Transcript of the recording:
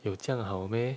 有这样好 meh